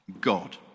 God